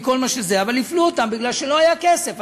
אבל הפלו אותם כי לא היה כסף.